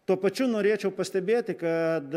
tuo pačiu norėčiau pastebėti kad